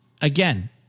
again